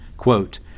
Quote